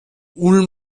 ulm